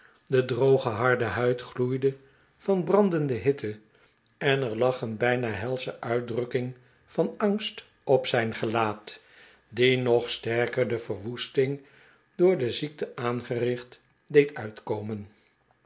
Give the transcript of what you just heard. de droge harde huid gloeide van brandende hitte en er lag een bijna helsche uitdrukking van angst op zijn gelaat die nog sterker de verwoesting door de ziekte aangericht deed uitkomen